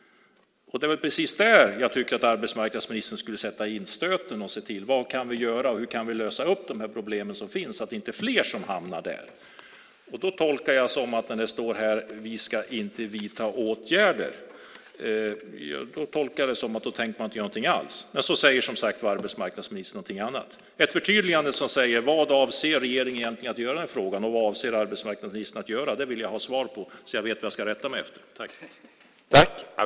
Det är väl precis där jag tycker att arbetsmarknadsministern skulle sätta in stöten och se till vad man kan göra, hur man kan lösa upp de problem som finns så inte fler hamnar där. Jag tolkar det som står här om att man inte ska vidta åtgärder som att man inte tänker göra något alls. Men så säger som sagt var arbetsmarknadsministern något annat. Ett förtydligande om vad regeringen egentligen avser att göra i den här frågan och vad arbetsmarknadsministern avser att göra vill jag ha så jag vet vad jag ska rätta mig efter.